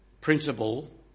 principle